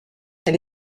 elle